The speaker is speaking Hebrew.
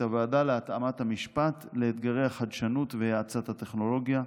הוועדה להתאמת המשפט לאתגרי החדשנות והאצת הטכנולוגיה.